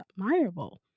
admirable